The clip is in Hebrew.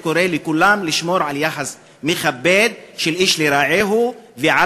וקורא לכולם לשמור על יחס מכבד של איש לרעהו ועל